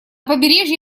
побережье